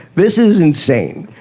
this is insane.